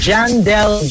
Jandel